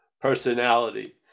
personality